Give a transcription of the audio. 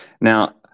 Now